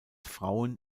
frauen